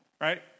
right